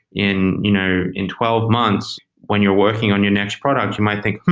in you know in twelve months when you're working on your next product you might think, hmm.